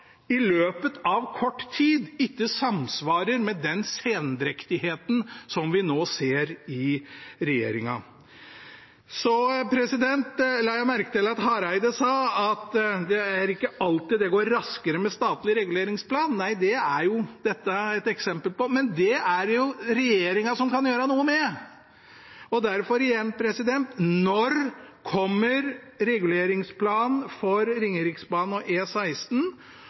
løpet av kort tid» ikke samsvarer med den sendrektigheten som vi nå ser i regjeringa. Jeg la merke til at statsråd Hareide sa at det ikke alltid går raskere med statlig reguleringsplan. Nei, det er jo dette et eksempel på, men det er det regjeringa som kan gjøre noe med. Derfor igjen: Når kommer reguleringsplanen for Ringeriksbanen/E16, og